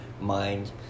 mind